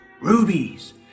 Rubies